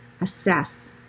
assess